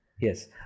Yes